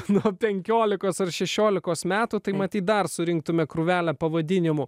nuo penkiolikos ar šešiolikos metų tai matyt dar surinktumėme krūvelę pavadinimų